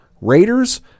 Raiders